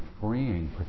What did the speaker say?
freeing